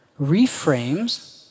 reframes